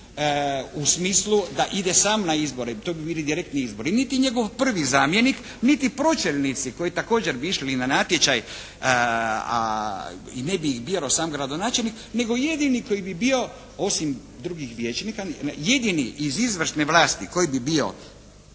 u smislu da ide sam na izbore, to bi bili direktni izbori. Niti njegov prvi zamjenik, niti pročelnici koji također bi išli i na natječaj i ne bi ih birao sam gradonačelnik nego jedini koji bi bio osim drugih vijećnika, jedini iz izvršne vlasti koji bi bio